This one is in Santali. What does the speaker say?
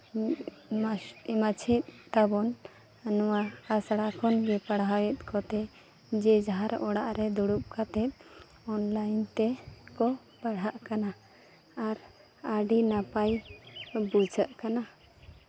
ᱢᱟᱪᱮᱫ ᱛᱟᱵᱚᱱ ᱱᱚᱣᱟ ᱟᱥᱲᱟ ᱠᱷᱚᱱ ᱜᱮ ᱯᱟᱲᱦᱟᱣᱮᱫ ᱠᱚᱛᱮ ᱡᱮ ᱡᱟᱦᱟᱨ ᱚᱲᱟᱜ ᱨᱮ ᱫᱩᱲᱩᱵ ᱠᱟᱛᱮᱫ ᱚᱱᱞᱟᱭᱤᱱ ᱛᱮᱠᱚ ᱯᱟᱲᱦᱟᱜ ᱠᱟᱱᱟ ᱟᱨ ᱟᱹᱰᱤ ᱱᱟᱯᱟᱭ ᱵᱩᱡᱷᱟᱹᱜ ᱠᱟᱱᱟ